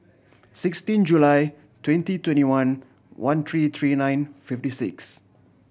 sixteen July twenty twenty one one three three nine fifty six